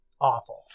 awful